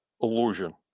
illusion